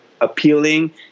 appealing